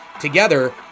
Together